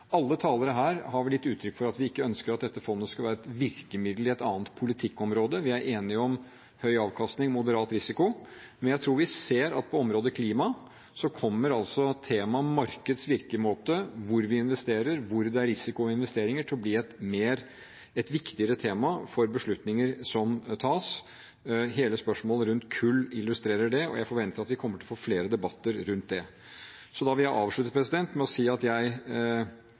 Alle talere har vel gitt uttrykk for at vi ikke ønsker at dette fondet skal være et virkemiddel i et annet politikkområde. Vi er enige om høy avkastning og moderat risiko. Men på området klima tror jeg markedets virkemåte, hvor vi investerer, hvor det er risiko ved investeringer, kommer til å bli et viktigere tema for beslutninger som tas. Hele spørsmålet rundt kull illustrerer det, og jeg forventer at vi kommer til å få flere debatter om det. Derfor vil jeg avslutte med å si at jeg beklager at vi har fått et tapt år hva gjelder å trekke Statens pensjonsfond utland ut av kullselskaper. Jeg